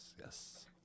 Yes